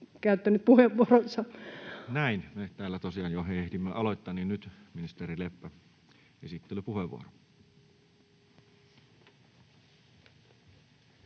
Content: Näin. — Me täällä tosiaan jo ehdimme aloittaa, mutta nyt, ministeri Leppä, esittelypuheenvuoro.